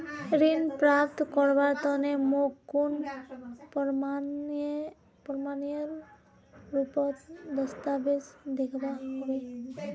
ऋण प्राप्त करवार तने मोक कुन प्रमाणएर रुपोत दस्तावेज दिखवा होबे?